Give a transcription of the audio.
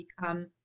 become